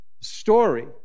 story